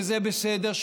וזה בסדר,